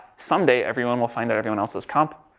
someday everyone will find that everyone else is comp.